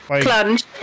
plunge